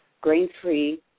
grain-free